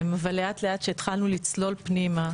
לאט-לאט כשהתחלנו לצלול פנימה,